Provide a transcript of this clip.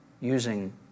using